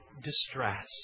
distress